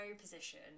position